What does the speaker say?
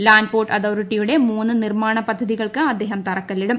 land port അതോറിറ്റിയുടെ മൂന്ന് നിർമ്മാണ പദ്ധതികൾക്ക് അദ്ദേഹം തറക്കല്ലിടും